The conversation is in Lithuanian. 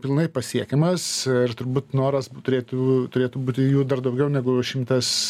pilnai pasiekiamas ir turbūt noras turėtų turėtų būti jų dar daugiau negu šimtas